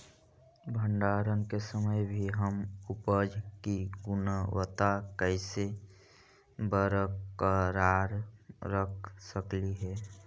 भंडारण के समय भी हम उपज की गुणवत्ता कैसे बरकरार रख सकली हे?